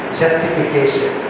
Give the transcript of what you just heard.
justification